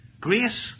grace